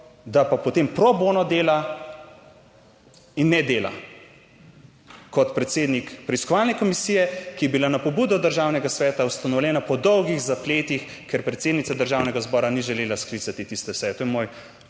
da pa potem pro bono dela in ne dela, kot predsednik preiskovalne komisije, ki je bila na pobudo Državnega sveta ustanovljena po dolgih zapletih, ker predsednica Državnega zbora ni želela sklicati tiste seje. To je moj